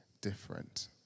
different